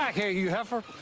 back here, you heifer.